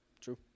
True